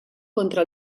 contra